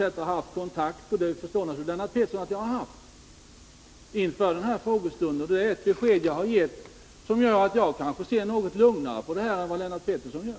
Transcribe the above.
Lennart Pettersson förstår naturligtvis också att jag haft kontakter, vilket gör att jag kanske ser något lugnare på situationen än Lennart Pettersson gör.